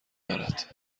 دارد